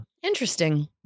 Interesting